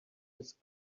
his